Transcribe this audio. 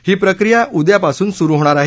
ही प्रक्रिया उद्यापासून सुरु होणार आहे